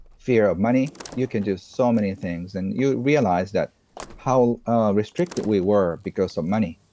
fear of money, you can do so many things. and you realize that how restricted we were because so of money,